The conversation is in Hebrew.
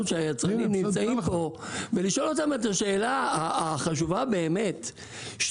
שהיצרנים נמצאים פה ולשאול אותם את השאלה החשובה באמת,